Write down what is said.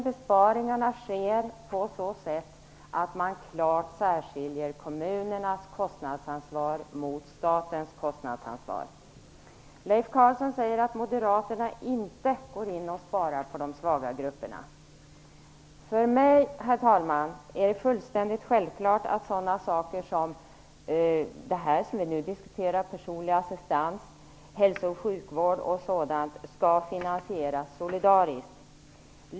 Besparingarna sker på så sätt att man klart särskiljer kommunernas kostnadsansvar från statens kostnadsansvar. Leif Carlson säger att moderaterna inte går in och sparar på de svaga grupperna. För mig, herr talman, är det fullständigt självklart att sådana saker som personlig assistans, som vi nu diskuterar, hälso och sjukvård osv. skall finansieras solidariskt.